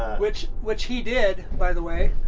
which which he did, by the way.